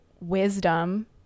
wisdom